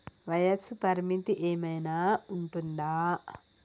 వయస్సు పరిమితి ఏమైనా ఉంటుందా?